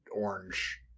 orange